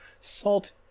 Salt